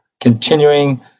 continuing